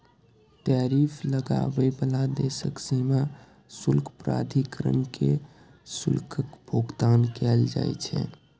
tariff लगाबै बला देशक सीमा शुल्क प्राधिकरण कें शुल्कक भुगतान कैल जाइ छै